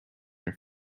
your